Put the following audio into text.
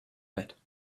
bed